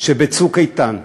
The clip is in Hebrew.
שב"צוק איתן",